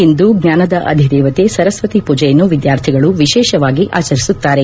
ಇಂದು ಜ್ಞಾನದ ಅಧಿದೇವತೆ ಸರಸ್ತತಿ ಪೂಜೆಯನ್ನು ವಿದ್ಯಾರ್ಥಿಗಳು ವಿಶೇಷವಾಗಿ ಆಚರಿಸುತ್ತಾರೆ